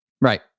Right